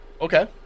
Okay